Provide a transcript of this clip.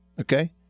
okay